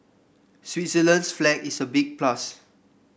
Switzerland's flag is a big plus